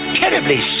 terribly